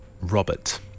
Robert